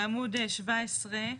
במעוד 17,